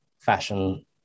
fashion